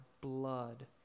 blood